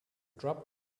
drop